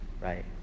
Right